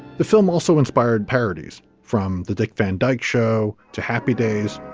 the film also inspired parodies from the dick van dyke show to happy days.